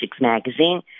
magazine